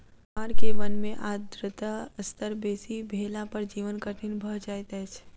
Myanmar के वन में आर्द्रता स्तर बेसी भेला पर जीवन कठिन भअ जाइत अछि